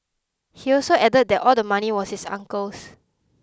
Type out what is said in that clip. he also added that all the money was his uncle's